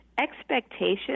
expectations